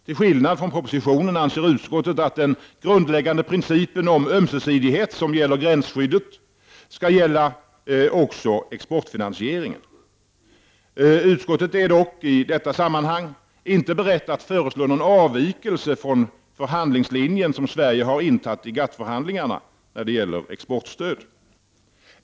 Till skillnad från propositionen anser utskottet att den grundläggande principen om ömsesidighet som gäller gränsskyddet också skall gälla exportfinansieringen. Utskottet är dock i detta sammanhang inte berett att föreslå någon avvikelse från den förhandlingslinje som Sverige följt i GATT-förhandlingarna i fråga om exportstöd.